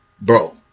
bro